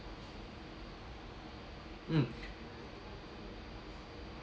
mm